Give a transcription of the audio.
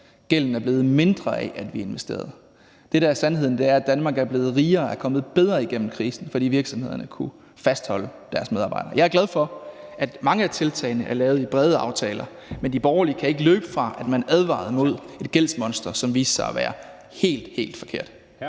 gælden er blevet mindre af, at vi investerede. Det, der er sandheden, er, at Danmark er blevet rigere og er kommet bedre igennem krisen, fordi virksomhederne kunne fastholde deres medarbejdere. Jeg er glad for, at mange af tiltagene er lavet med brede aftaler, men de borgerlige kan ikke løbe fra, at de advarede mod et gældsmonster, hvilket viste sig at være helt, helt forkert.